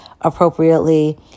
appropriately